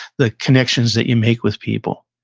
the connections that you make with people